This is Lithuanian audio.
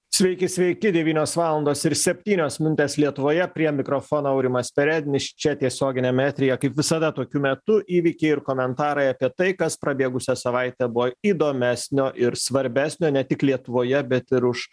sveiki sveiki devynios valandos ir septynios minutės lietuvoje prie mikrofono aurimas perednis čia tiesioginiame eteryje kaip visada tokiu metu įvykiai ir komentarai apie tai kas prabėgusią savaitę buvo įdomesnio ir svarbesnio ne tik lietuvoje bet ir už